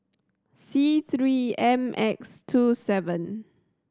C Three M X two seven